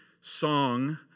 song